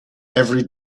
every